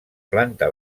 planta